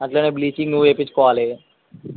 అట్లనే బ్లీచింగు వేయించుకోవాలి